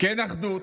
כן אחדות,